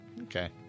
Okay